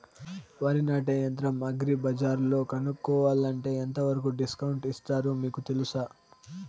వరి నాటే యంత్రం అగ్రి బజార్లో కొనుక్కోవాలంటే ఎంతవరకు డిస్కౌంట్ ఇస్తారు మీకు తెలుసా?